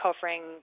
covering